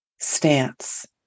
stance